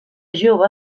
jove